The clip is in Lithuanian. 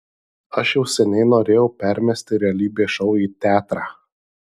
aš jau seniai norėjau permesti realybės šou į teatrą